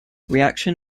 reaction